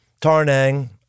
Tarnang